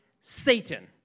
Satan